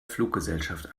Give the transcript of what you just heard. fluggesellschaft